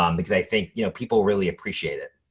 um because i think you know people really appreciate it.